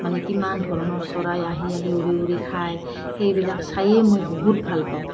মানে কিমান ধৰণৰ চৰাই আহি আহি উৰি উৰি খাই সেইবিলাক চায়েই মই বহুত ভালপাওঁ